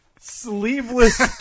sleeveless